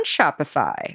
shopify